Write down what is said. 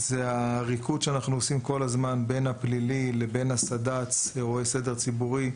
זה הריקוד שאנחנו עושים כל הזמן בית הפלילי לבין אירועי סדר ציבורי,